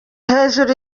hejuru